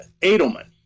Edelman